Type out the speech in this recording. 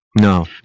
No